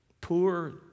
Poor